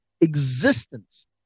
existence